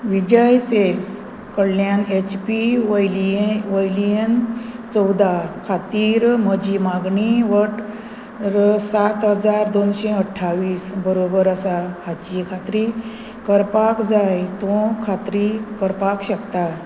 Vijay sales कडल्यान H P वयली वयल्यान चवदा खातीर म्हजी मागणी वट्ट सात हजार दोनशें अठ्ठावीस बरोबर आसा हाची खात्री करपाक जाय तूं खात्री करपाक शकता